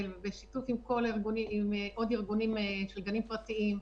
ביחד עם עוד ארגונים של גנים פרטיים,